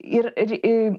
ir ir į